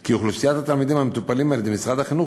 כי אוכלוסיית התלמידים המטופלים על-ידי משרד החינוך